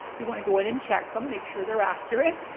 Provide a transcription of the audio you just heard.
you want to go in and check them, make sure they're accurate.